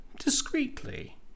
Discreetly